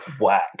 Whack